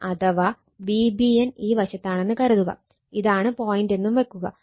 ഇനി അഥവാ Vbn ഈ വശത്താണെന്ന് കരുതുക ഇതാണ് പോയിന്റെന്നും വെക്കുക